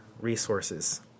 resources